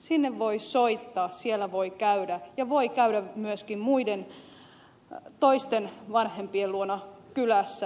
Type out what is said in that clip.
sinne voi soittaa siellä voi käydä ja voi käydä myöskin toisten vanhempien luona kylässä